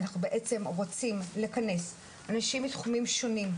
אנחנו בעצם רוצים לכנס אנשים מתחומים שונים,